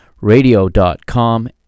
radio.com